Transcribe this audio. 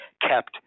kept